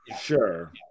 Sure